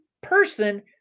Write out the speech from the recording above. person